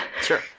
Sure